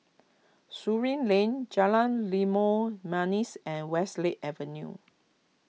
Surin Lane Jalan Limau Manis and Westlake Avenue